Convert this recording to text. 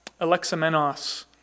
Alexamenos